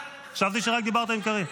חשבתי שרק דיברת עם קארין.